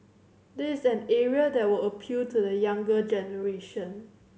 there is an area that would appeal to the younger generation